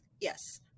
Yes